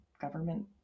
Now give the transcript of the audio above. government